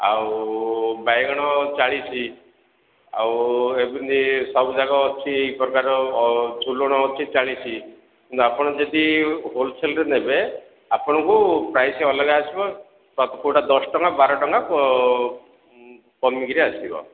ଆଉ ବାଇଗଣ ଚାଳିଶ ଆଉ ଏମିତି ସବୁଯାକ ଅଛି ଏଇ ପ୍ରକାର ଝୁଲଣ ଅଛି ଚାଳିଶି କିନ୍ତୁ ଆପଣ ଯଦି ହୋଲସେଲ୍ରେ ନେବେ ଆପଣଙ୍କୁ ପ୍ରାଇସ୍ ଅଲଗା ଆସିବ କେଉଁଟା ଦଶ ଟଙ୍କା ବାର ଟଙ୍କା କମିକରି ଆସିବ